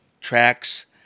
tracks